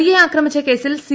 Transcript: നടിയെ ആക്രമിച്ചു ക്ഷേസിൽ സി